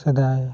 ᱥᱮᱫᱟᱭ